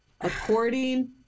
According